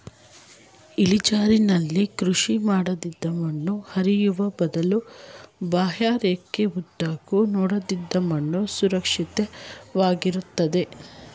ಇಳಿಜಾರಲ್ಲಿ ಕೃಷಿ ಮಾಡೋದ್ರಿಂದ ಮಣ್ಣು ಹರಿಯುವ ಬದಲು ಬಾಹ್ಯರೇಖೆ ಉದ್ದಕ್ಕೂ ನೆಡೋದ್ರಿಂದ ಮಣ್ಣು ಸುರಕ್ಷಿತ ವಾಗಿರ್ತದೆ